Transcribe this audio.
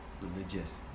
religious